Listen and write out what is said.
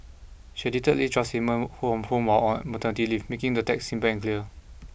she edited Lee's on maternity leave making the text simple and clear